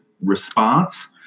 response